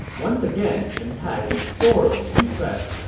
once again, chen tai was thoroughly impressed.